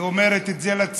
היא אומרת את זה לצינור.